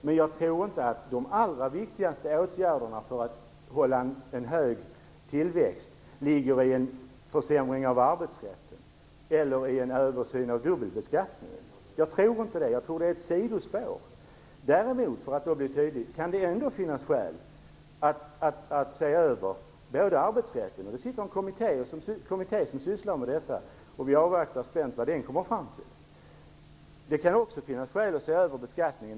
Men jag tror inte att de allra viktigaste åtgärderna för att upprätthålla en hög tillväxt ligger i en försämring av arbetsrätten eller i en översyn av dubbelbeskattningen. Jag tror att det är ett sidospår. Däremot kan det ändå finnas skäl att se över arbetsrätten. Det finns en kommitté som arbetar med detta. Vi avvaktar spänt vad den kommer fram till. Det kan också finnas skäl att se över beskattningen.